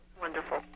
wonderful